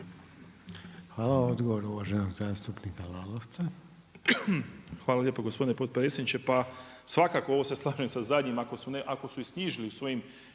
Hvala. Odgovor uvaženog zastupnika Lalovca. **Lalovac, Boris (SDP)** Hvala lijepa gospodine potpredsjedniče. Pa svakako ovo se slažem sa zadnjim ako su isknjižili u svojim